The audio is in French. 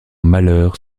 malheur